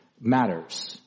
matters